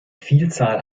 vielzahl